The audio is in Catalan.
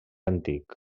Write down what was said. antic